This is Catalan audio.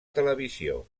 televisió